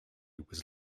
was